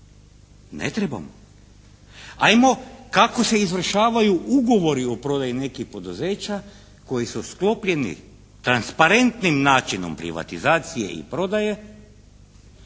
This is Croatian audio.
ne trebamo. Ajmo kako se izvršavaju ugovori o prodaji nekih poduzeća koji su sklopljeni transparentnim načinom privatizacije i prodaje